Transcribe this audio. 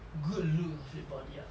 good looks fit body ah